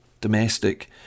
domestic